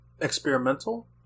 experimental